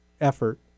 effort